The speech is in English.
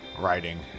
writing